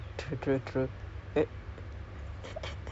sacrifice it's okay I don't have friends it's okay